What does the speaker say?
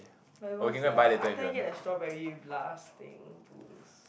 but worth sia I everytime get the strawberry blast thing boost